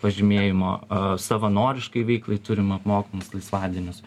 pažymėjimo savanoriškai veiklai turim apmokamus laisvadienius